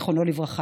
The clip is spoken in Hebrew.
זיכרונו לברכה.